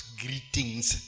greetings